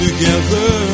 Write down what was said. Together